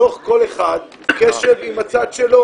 תוך קשב של כל אחד עם הצד שלו